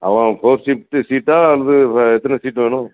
அப்புறம் ஃபோர் சீட்டா அல்லது எத்தனை சீட்டு வேணும்